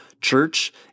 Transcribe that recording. church